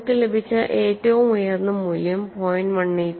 നമുക്ക് ലഭിച്ച ഏറ്റവും ഉയർന്ന മൂല്യം 0